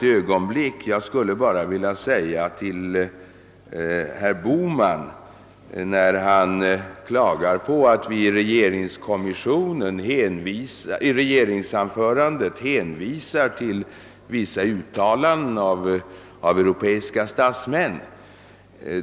Herr Bohman klagade på att vi i regeringsdeklarationen hänvisar = till vissa uttalanden av europeiska statsmän.